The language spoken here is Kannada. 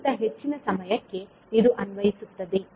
ಶೂನ್ಯಕ್ಕಿಂತ ಹೆಚ್ಚಿನ ಸಮಯಕ್ಕೆ ಇದು ಅನ್ವಯಿಸುತ್ತದೆ